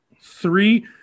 three